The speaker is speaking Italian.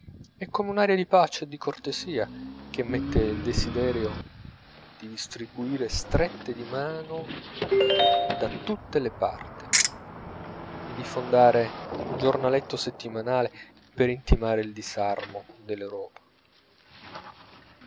e come un'aria di pace e di cortesia che mette il desiderio di distribuire strette di mano da tutte le parti e di fondare un giornaletto settimanale per intimare il disarmo dell'europa